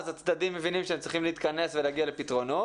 הצדדים מבינים שהם צריכים להתכנס ולהגיע לפתרונות.